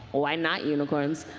why not unicorns?